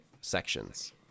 sections